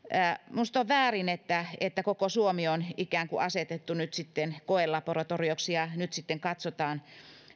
minusta on väärin että että koko suomi on ikään kuin asetettu nyt sitten koelaboratorioksi ja nyt sitten katsotaan